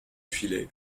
filet